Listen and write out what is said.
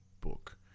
book